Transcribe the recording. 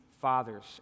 fathers